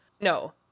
No